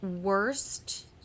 worst